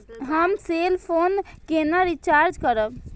हम cell phone केना recharge करब?